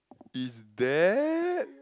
is there